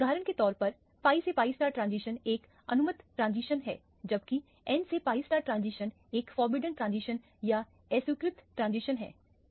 उदाहरण के तौर पर pi से piट्रांजिशन एक अनुमत ट्रांजिशन है जबकि n से pi ट्रांजिशन एक फोरबिडेन ट्रांसलेशन या अस्वीकृत ट्रांजिशन है